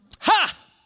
Ha